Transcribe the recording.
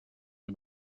him